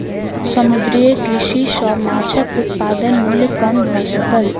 समुद्रीय कृषि सॅ माँछक उत्पादन मूल्य कम भ सकल